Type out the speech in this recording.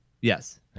yes